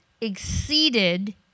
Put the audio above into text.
exceeded